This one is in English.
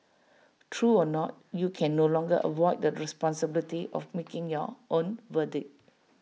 true or not you can no longer avoid the responsibility of making your own verdict